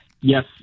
yes